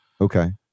Okay